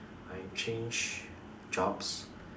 I changed jobs